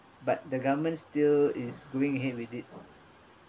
but the government still is going ahead with it